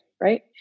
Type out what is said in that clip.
Right